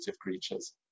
creatures